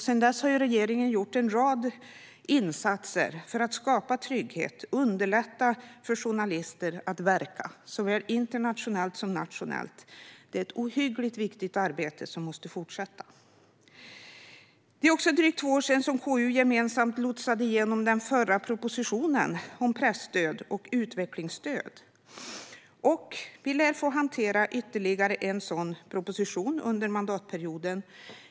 Sedan dess har regeringen gjort en rad insatser för att skapa trygghet och underlätta för journalister att verka såväl internationellt som nationellt. Detta är ett ohyggligt viktigt arbete som måste fortsätta. Det är också drygt två år sedan KU gemensamt lotsade igenom den förra propositionen om presstöd och utvecklingsstöd, och vi lär få hantera ytterligare en sådan proposition under mandatperioden.